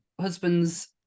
husband's